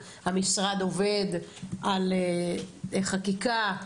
המשרד עובד על חקיקה,